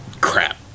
Crap